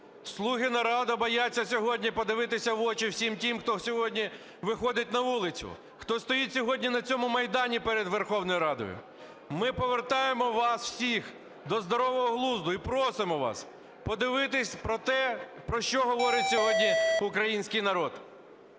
"Слуги народу" бояться сьогодні подивитися в очі всім тим, хто сьогодні виходить на вулицю, хто стоїть сьогодні на цьому Майдані перед Верховною Радою. Ми повертаємо вас всіх до здорового глузду і просимо вас подивитись про те, про що говорить сьогодні український народ.